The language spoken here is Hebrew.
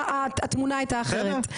שהתמונה הייתה אחרת.